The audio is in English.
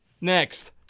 Next